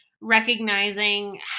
recognizing